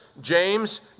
James